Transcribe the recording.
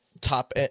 top